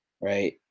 right